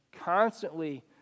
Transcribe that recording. constantly